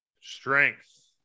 Strength